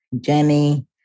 Jenny